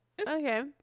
Okay